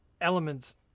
elements